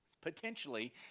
potentially